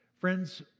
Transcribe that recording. Friends